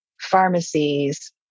pharmacies